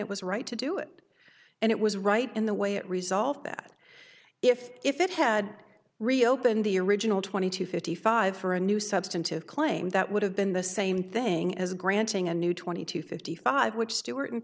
it was right to do it and it was right in the way it resolved that if if it had reopened the original twenty two fifty five for a new substantive claim that would have been the same thing as granting a new twenty two fifty five which stewart and